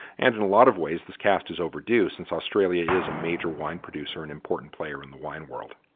and in a lot of ways this cast is overdue, since australia is a major wine producer and important player in the wine world,